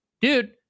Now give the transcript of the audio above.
Dude